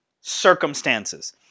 circumstances